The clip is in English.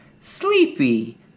Sleepy